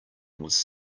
was